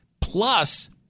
Plus